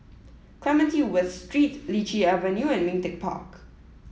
Clementi West Street Lichi Avenue and Ming Teck Park